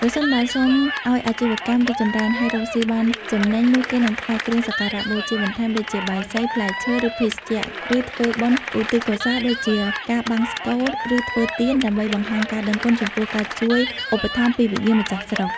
ប្រសិនបើសុំឲ្យអាជីវកម្មរីកចម្រើន ហើយរកស៊ីបានចំណេញ នោះគេនឹងថ្វាយគ្រឿងសក្ការៈបូជាបន្ថែម ដូចជា បាយសី ផ្លែឈើ ឬភេសជ្ជៈ ឬធ្វើបុណ្យឧទ្ទិសកុសល ដូចជាការបង្សុកូល ឬធ្វើទាន ដើម្បីបង្ហាញការដឹងគុណចំពោះការជួយឧបត្ថម្ភពីវិញ្ញាណម្ចាស់ស្រុក។